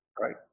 Right